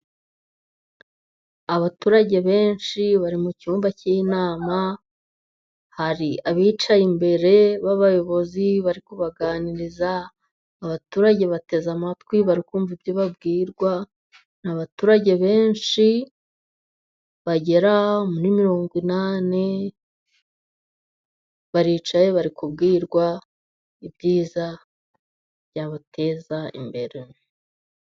Abaturage benshi bari mu cyumba k'inama, hari abicaye imbere b'abayobozi bari kubaganiriza, abaturage bateze amatwi bari kumva ibyo babwirwa, abaturage benshi bagera muri mirongo inani, baricaye, bari kubwirwa ibyiza byabateza imbere.